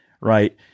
right